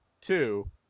Two